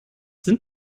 sind